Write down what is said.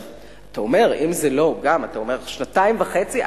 שנתיים וחצי.